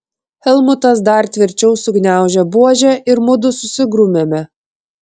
helmutas dar tvirčiau sugniaužė buožę ir mudu susigrūmėme